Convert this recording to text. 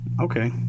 Okay